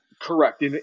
Correct